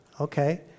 Okay